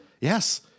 Yes